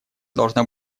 должна